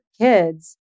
kids